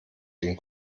den